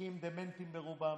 כי הם דמנטיים ברובם,